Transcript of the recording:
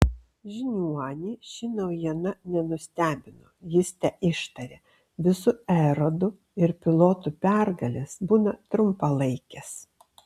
žiniuonį ši naujiena nenustebino jis teištarė visų erodų ir pilotų pergalės būna trumpalaikės